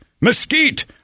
mesquite